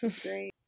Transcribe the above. Great